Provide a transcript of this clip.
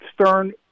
Stern